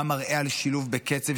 מה מראה על שילוב בקצב,